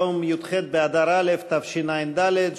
היום י"ח באדר א' התשע"ד,